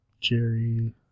Jerry